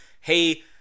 hey